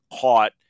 caught